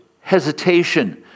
hesitation